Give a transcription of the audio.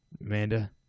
Amanda